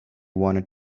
wanted